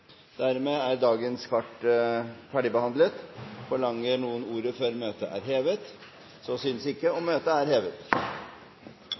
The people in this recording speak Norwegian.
Forlanger noen ordet før møtet heves? – Så synes ikke.